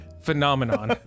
phenomenon